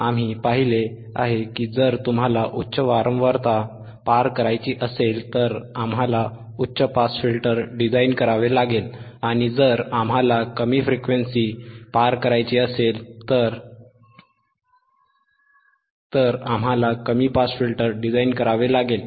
आम्ही पाहिले आहे की जर तुम्हाला उच्च वारंवारता पासपार करायची असेल तर आम्हाला उच्च पास फिल्टर डिझाइन करावे लागेल आणि जर आम्हाला कमी फ्रिक्वेन्सी पासपार करायची असेल तर आम्हाला कमी पास फिल्टर डिझाइन करावे लागेल